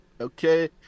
Okay